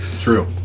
True